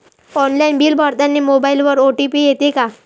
Online bill भरतानी मोबाईलवर OTP येते का?